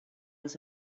was